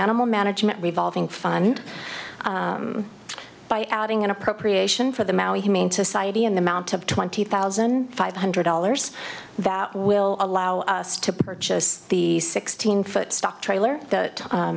animal management revolving fund by adding an appropriation for the mouse humane society and amount to twenty thousand five hundred dollars that will allow us to purchase the sixteen foot stock trailer that